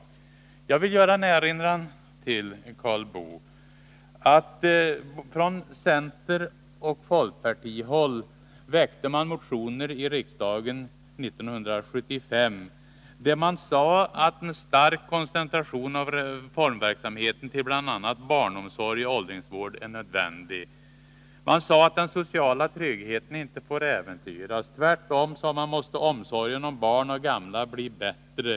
Jag vill erinra Karl Boo om att man 1975 från centeroch folkpartihåll väckte motioner i riksdagen, i vilka man sade att en stark koncentration av reformverksamheten till bl.a. barnomsorg och åldringsvård var nödvändig. Man sade att den sociala tryggheten inte fick äventyras. Tvärtom, sade man, måste omsorgen om barn och gamla bli bättre.